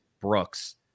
brooks